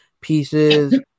pieces